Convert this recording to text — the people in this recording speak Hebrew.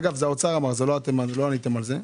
אגב האוצר אמר את זה, ולא אתם עניתם על זה.